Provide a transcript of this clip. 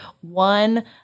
one